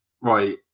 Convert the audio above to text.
Right